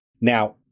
Now